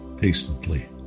patiently